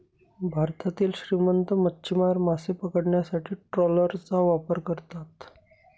भारतातील श्रीमंत मच्छीमार मासे पकडण्यासाठी ट्रॉलरचा वापर करतात